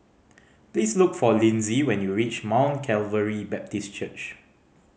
please look for Lindsey when you reach Mount Calvary Baptist Church